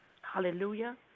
Hallelujah